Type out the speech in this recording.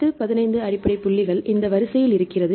10 15 அடிப்படை புள்ளிகள் இந்த வரிசையில் இருக்கிறது